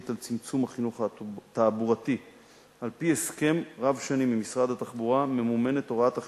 על צמצום החינוך התעבורתי ומונע ממאות אלפי